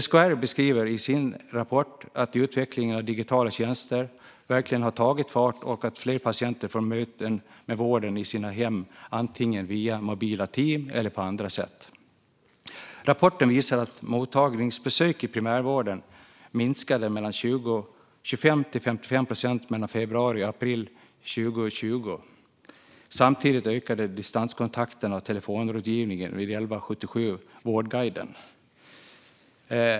SKR beskriver i sin rapport att utvecklingen av digitala tjänster verkligen har tagit fart och att fler patienter fått möten med vården i sina hem, antingen via mobila team eller på andra sätt. Rapporten visar att mottagningsbesök i primärvården minskade med 25-55 procent mellan februari och april 2020. Samtidigt ökade distanskontakterna och telefonrådgivningen via 1177 Vårdguiden.